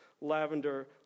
lavender